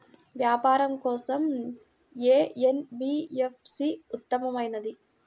వ్యాపారం కోసం ఏ ఎన్.బీ.ఎఫ్.సి ఉత్తమమైనది?